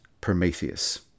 Prometheus